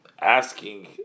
asking